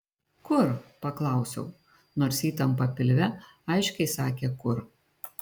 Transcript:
kur paklausiau nors įtampa pilve aiškiai sakė kur